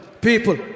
people